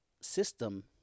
system